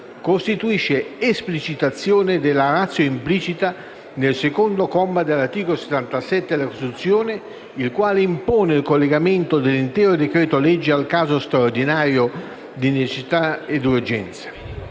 costituisce «esplicitazione della ratio implicita nel secondo comma dell'articolo 77 della Costituzione, il quale impone il collegamento dell'intero decreto-legge al caso straordinario di necessità e urgenza,